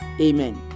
Amen